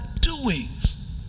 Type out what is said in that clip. doings